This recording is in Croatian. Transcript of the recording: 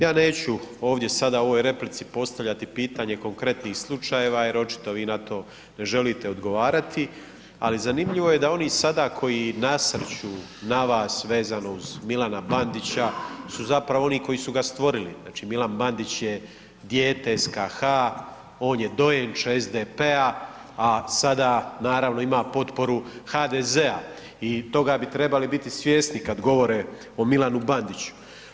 Ja neću sada u ovoj replici postavljati pitanje konkretnih slučajeva jer očito vi na to ne želite odgovarati, ali zanimljivo je da oni sada koji nasrću na vas vezano uz Milana Bandića su zapravo oni koji su ga stvorili, znači Milan Bandić je dijete SKH, on je dojenče SDP-a, a sada naravno ima potporu HDZ-a i toga bi trebali biti svjesni kada govore o Milanu Bandiću.